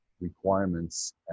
Requirements